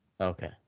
okay